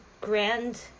Grand